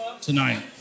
tonight